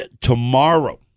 tomorrow